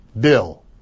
bill